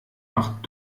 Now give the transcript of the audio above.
macht